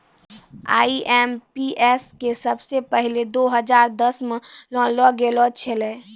IMPS के सबसे पहिलै दो हजार दसमे लानलो गेलो छेलै